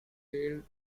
failed